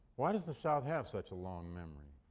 why does the south have such a long memory?